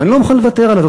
ואני לא מוכן לוותר על זה,